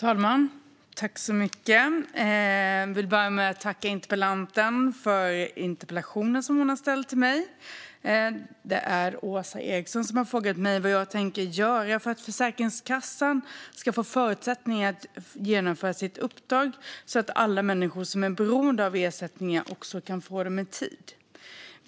Fru talman! Jag vill börja med att tacka interpellanten för interpellationen som hon har ställt till mig. Det är Åsa Eriksson som har frågat mig vad jag tänker göra för att Försäkringskassan ska få förutsättningar att genomföra sitt uppdrag så att alla människor som är beroende av ersättningar också kan få dem i tid.